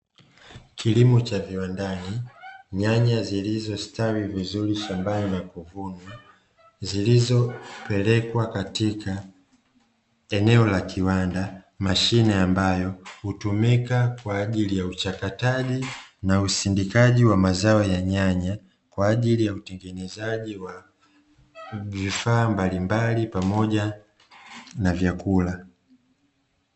Kilimo cha viwandani nyanya zilizostawi vizuri shambani na kuvunwa zilizopelekwa katika eneo la kiwanda, mashine ambayo hutumika kwa ajili ya uchakataji na usindikaji wa mazao ya nyanya kwa ajili ya utengenezaji wa vifaa mbalimbali pamoja na vyakula.